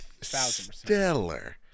stellar